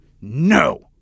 no